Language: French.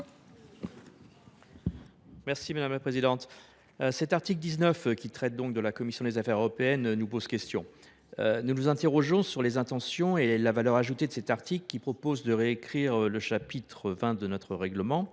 Marie, sur l’article. L’article 19, relatif à la commission des affaires européennes, nous pose question. Nous nous interrogeons sur les intentions et la valeur ajoutée de cet article, qui vise à réécrire le chapitre XX de notre règlement.